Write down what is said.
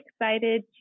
excited